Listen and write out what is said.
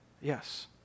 Yes